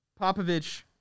Popovich